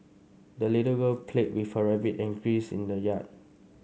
the little girl played with her rabbit and geese in the yard